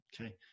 okay